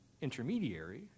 intermediary